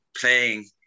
playing